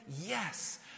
yes